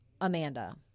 Amanda